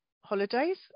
holidays